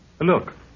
look